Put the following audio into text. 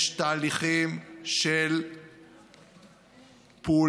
יש תהליכים של פעולה,